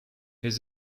his